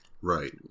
Right